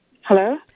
hello